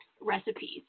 recipes